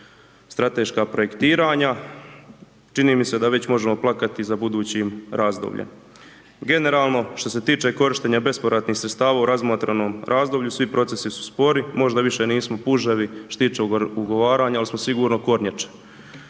strateška projektiranja, čini mi se da već možemo plakati za budućim razdobljem. Generalno što se tiče korištenja bespovratnih sredstava u razmatranom razdoblju svi procesi su spori, možda više nismo puževi što se tiče ugovaranja, al smo sigurno kornjače.